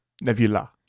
Nebula